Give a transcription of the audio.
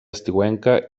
estiuenca